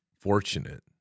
fortunate